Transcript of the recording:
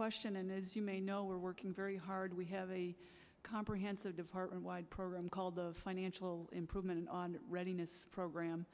question and as you may know we're working very hard we have a comprehensive department wide program called the financial improvement on readiness program